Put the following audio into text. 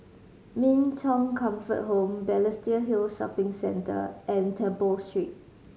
Min Chong Comfort Home Balestier Hill Shopping Centre and Temple Street